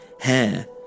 hair